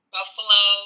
Buffalo